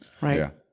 Right